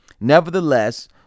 Nevertheless